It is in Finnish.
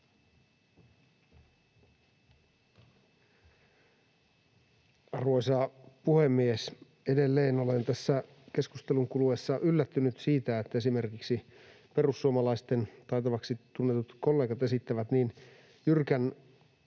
Arvoisa puhemies! Edelleen olen tässä keskustelun kuluessa yllättynyt siitä, että esimerkiksi perussuomalaisten taitavaksi tunnetut kollegat esittävät niin jyrkkiä,